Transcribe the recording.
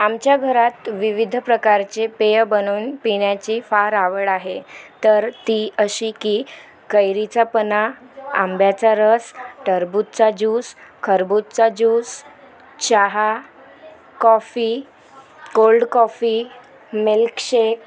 आमच्या घरात विविध प्रकारचे पेयं बनवून पिण्याची फार आवड आहे तर ती अशी की कैरीचा पना आंब्याचा रस टरबूजचा ज्यूस खरबूजचा ज्यूस चहा कॉफी कोल्ड कॉफी मिल्क शेक